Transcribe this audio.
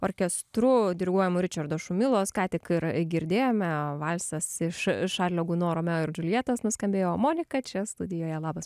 orkestru diriguojamu ričardo šumilos ką tik ir girdėjome valsas iš šarlio guno romeo ir džiuljetos nuskambėjo monika čia studijoje labas